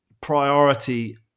priority